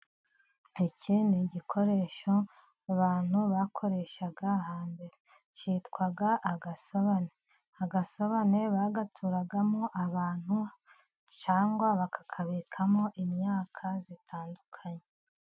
Iki ni igikoresho abantu bakoreshaga hambere. Cyitwa agasobane. Agasobane bagaturagamo abantu cyangwa bakakabikamo imyaka itandukanye.